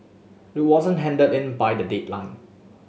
it wasn't handed in by the deadline